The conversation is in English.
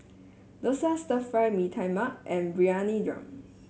dosa Stir Fry Mee Tai Mak and Briyani Dum